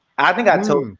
i think i told